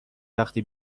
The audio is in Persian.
وقتی